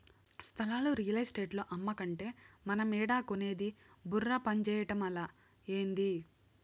స్థలాలు రియల్ ఎస్టేటోల్లు అమ్మకంటే మనమేడ కొనేది బుర్ర పంజేయటమలా, ఏంది